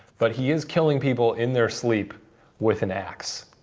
but he is killing people in their sleep with an axe.